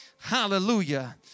Hallelujah